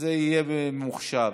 זה יהיה ממוחשב.